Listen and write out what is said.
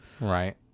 Right